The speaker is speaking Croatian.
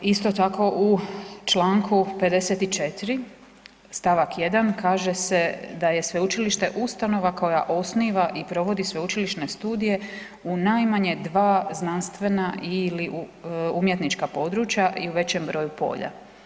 Isto tako u čl. 54. st. 1. kaže se da je sveučilište ustanova koja osniva i provodi sveučilišne studije u najmanje 2 znanstvena i umjetnička područja i u većem broju polja.